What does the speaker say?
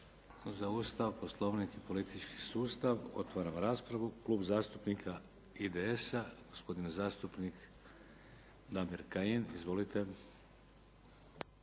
Za Ustav, Poslovnik i politički sustav? Otvaram raspravu. Klub zastupnika IDS-a gospodin zastupnik Damir Kajin. Izvolite.